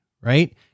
right